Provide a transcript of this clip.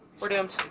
we're doomed.